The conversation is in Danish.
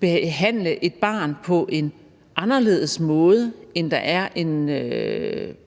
behandle et barn på en anderledes måde, end der er